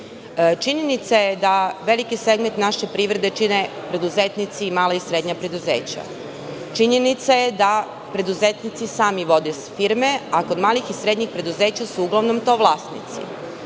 Činjenica je da veliki segment naše privrede čine preduzetnici i mala i srednja preduzeća. Činjenica je da preduzetnici sami vode firme, a kod malih i srednjih preduzeća su uglavnom to vlasnici.